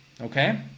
Okay